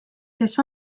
kes